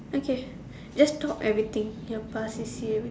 okay just talk everything your past C_C_A